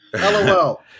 LOL